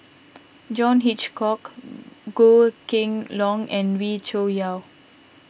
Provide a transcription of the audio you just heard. John Hitchcock Goh Kheng Long and Wee Cho Yaw